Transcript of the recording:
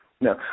No